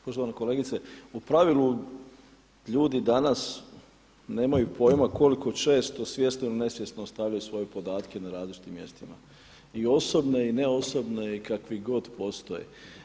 Poštovana kolegice, u pravilu ljudi danas nemaju pojma koliko često svjesno ili nesvjesno ostavljaju svoje podatke na različitim mjestima i osobne i ne osobne i kakvi god postoje.